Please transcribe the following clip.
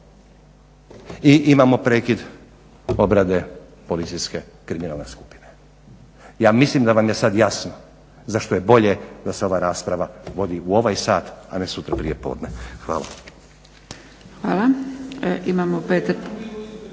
i imamo prekid obrade policijske kriminalne skupine. Ja mislim da vam je sad jasno zašto je bolje da se ova rasprava vodi u ovaj sat, a ne sutra prijepodne. Hvala.